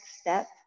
step